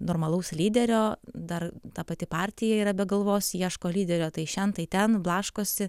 normalaus lyderio dar ta pati partija yra be galvos ieško lyderio tai šen tai ten blaškosi